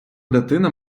дитина